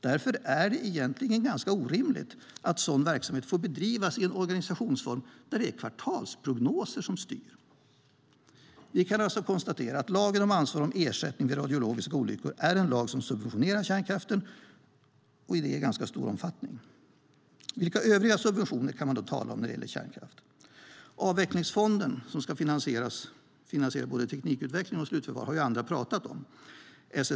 Därför är det egentligen orimligt att sådan verksamhet får bedrivas i en organisationsform där det är kvartalsprognoser som styr. Vi kan konstatera att lagen om ansvar och ersättning vid radiologiska olyckor är en lag som subventionerar kärnkraften i stor omfattning. Vilka övriga subventioner kan man tala om när det gäller kärnkraft? Avvecklingsfonden ska finansiera både teknikutveckling och slutförvar, och andra har pratat om den.